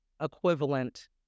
equivalent